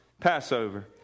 Passover